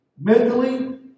mentally